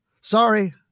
Sorry